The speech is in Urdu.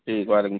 ٹھیک ولیکم